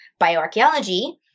bioarchaeology